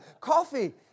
Coffee